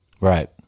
Right